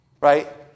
right